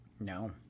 No